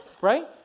right